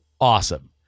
awesome